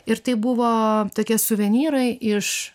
ir tai buvo tokie suvenyrai iš